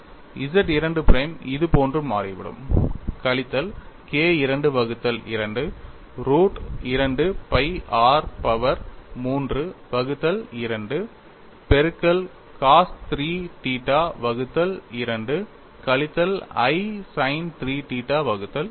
Z II prime இதுபோன்று மாறிவிடும் கழித்தல் K II வகுத்தல் 2 ரூட் 2 pi r பவர் 3 வகுத்தல் 2 பெருக்கல் cos 3 θ வகுத்தல் 2 கழித்தல் i sin 3 θ வகுத்தல் 2